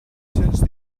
since